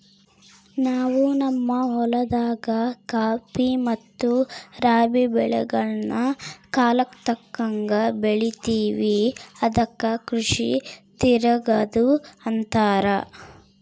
ನಾವು ನಮ್ಮ ಹೊಲದಾಗ ಖಾಫಿ ಮತ್ತೆ ರಾಬಿ ಬೆಳೆಗಳ್ನ ಕಾಲಕ್ಕತಕ್ಕಂಗ ಬೆಳಿತಿವಿ ಅದಕ್ಕ ಕೃಷಿ ತಿರಗದು ಅಂತಾರ